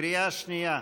בקריאה שנייה: